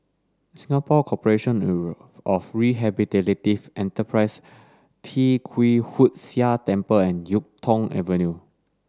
Singapore Corporation of Rehabilitative Enterprises Tee Kwee Hood Sia Temple and Yuk Tong Avenue